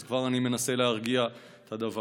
אז כבר אני מנסה להרגיע את הדבר.